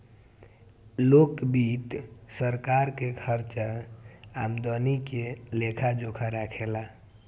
लोक वित्त सरकार के खर्चा आमदनी के लेखा जोखा राखे ला